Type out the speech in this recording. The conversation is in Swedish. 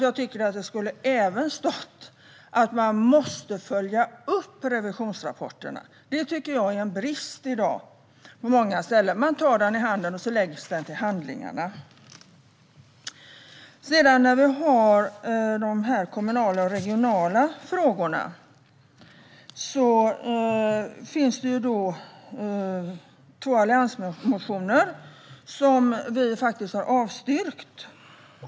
Jag tycker att det också skulle ha stått att man måste följa upp revisionsrapporterna. Detta tycker jag är en brist i dag på många ställen. Man tar rapporten i handen, och så läggs den till handlingarna. När det gäller de kommunala och regionala frågorna finns det två alliansmotioner som vi faktiskt har avstyrkt.